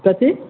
कथी